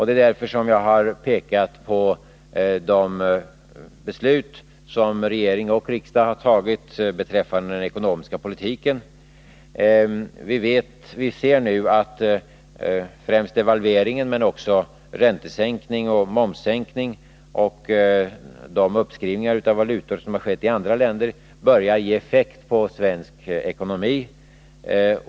Det är därför som jag har pekat på de beslut som regering och riksdag har tagit beträffande den ekonomiska politiken. Vi ser nu att främst devalveringen, men också räntesänkning och momssänkning samt de uppskrivningar av valutor som har skett i andra länder, börjar ge effekt när det gäller svensk ekonomi.